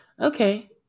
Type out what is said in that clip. Okay